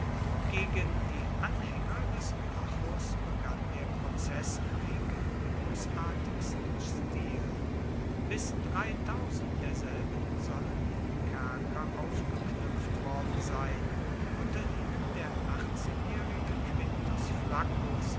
gegen die anhänger des gracchus begann der prozeßkrieg im großartigsten stil bis derselben sollen im kerker aufgeknüpft worden sein unter ihnen der achtzehnjährige quintus